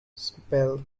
spelt